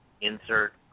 insert